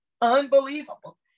Unbelievable